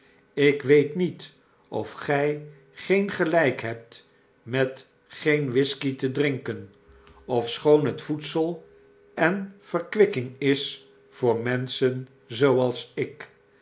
ik weet niet of gy geen gelijk hebt met geen whisky te drinken ofschoon het voedsel en verkwikking is voor menschen zooals ik